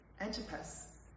Antipas